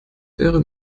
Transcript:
wäre